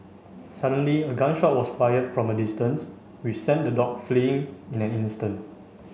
suddenly a gun shot was fired from a distance which sent the dog fleeing in an instant